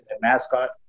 mascot